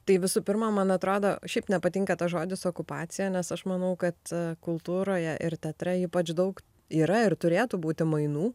tai visų pirma man atrodo šiaip nepatinka tas žodis okupacija nes aš manau kad kultūroje ir teatre ypač daug yra ir turėtų būti mainų